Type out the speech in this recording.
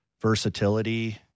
Versatility